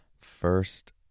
First